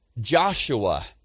Joshua